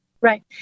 Right